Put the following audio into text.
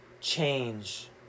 change